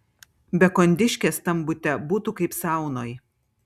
be kondiškės tam bute būtų kaip saunoj